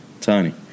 Tony